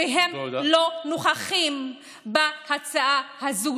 והם לא נוכחים בהצעה הזו,